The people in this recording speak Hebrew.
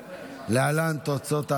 כן, אתם צודקים.